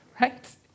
right